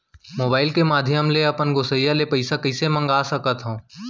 Mobile के माधयम ले अपन गोसैय्या ले पइसा कइसे मंगा सकथव?